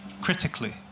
critically